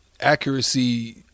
accuracy